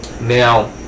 now